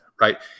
right